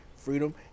freedom